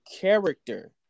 character